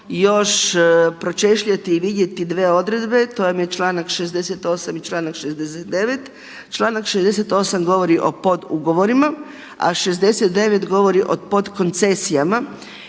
još pročešljati i vidjeti dvije odredbe. To vam je članak 68. i članak 69. Članak 68. govori o podugovorima, a 69. govori o podkoncesijama